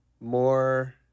more